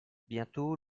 bientôt